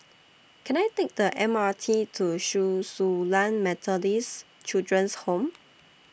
Can I Take The M R T to Chen Su Lan Methodist Children's Home